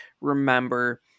remember